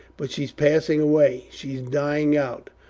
but she's passing away she's dying out.